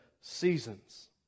seasons